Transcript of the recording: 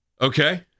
Okay